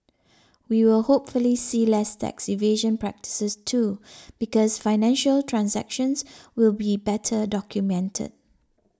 we will hopefully see less tax evasion practices too because financial transactions will be better documented